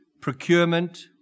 procurement